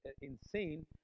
insane